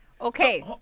Okay